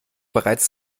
bereits